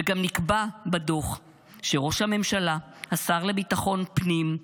וגם נקבע בדוח שראש הממשלה, השר לביטחון פנים,